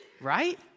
right